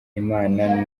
imana